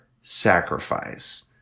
sacrifice